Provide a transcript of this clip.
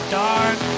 dark